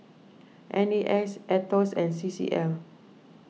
N A S Aetos and C C L